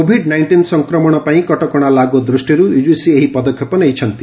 Covid nineteen ସଂକ୍ରମଣ ପାଇଁ କଟକଣା ଲାଗୁ ଦୃଷ୍ଟିରୁ ୟୁଜିସି ଏହି ପଦକ୍ଷେପ ନେଇଛନ୍ତି